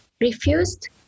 refused